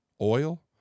Oil